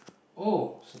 oh s~